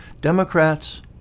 Democrats